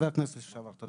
חבר כנסת לשעבר, תודה.